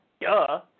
duh